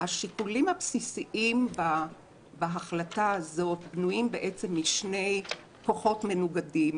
השיקולים הבסיסיים בהחלטה הזאת בנויים משני כוחות מנוגדים.